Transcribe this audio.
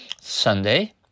Sunday